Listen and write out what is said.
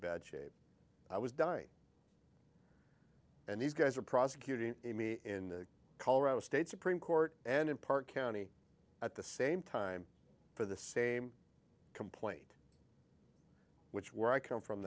bad shape i was dying and these guys were prosecuting me in colorado state supreme court and in park county at the same time for the same complaint which where i come from